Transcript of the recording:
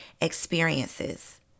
experiences